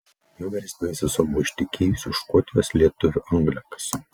jo vyresnioji sesuo buvo ištekėjusi už škotijos lietuvio angliakasio